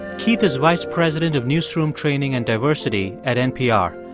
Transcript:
keith is vice president of newsroom training and diversity at npr.